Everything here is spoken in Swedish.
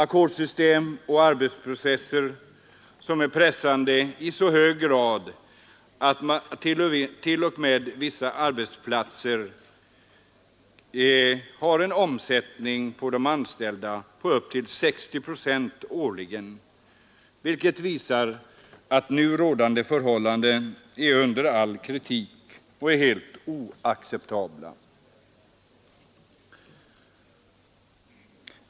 Ackordssystem och arbetsprocesser är pressande i så hög grad att vissa arbetsplatser har en omsättning bland de anställda på upp emot 60 procent årligen. Detta visar att nu rådande förhållanden är under all kritik och helt oacceptabla.